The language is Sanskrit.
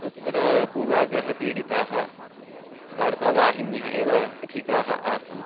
तत्र पूर्वाग्रहपीडिताः वार्तावाहिन्यः एव अधिकाः आसन्